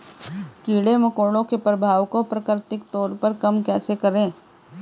कीड़े मकोड़ों के प्रभाव को प्राकृतिक तौर पर कम कैसे करें?